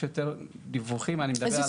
יש יותר דיווחים ואני מדבר על הטרדה מינית.